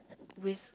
with